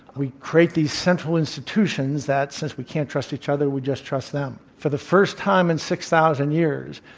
we create these central institutions that since we can't trust each other, we just trust them. for the first time in six thousand years,